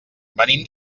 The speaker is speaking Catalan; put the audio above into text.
venim